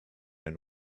and